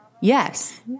Yes